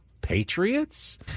Patriots